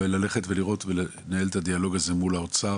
ללכת ולנהל את הדיון הזה אל מול האוצר.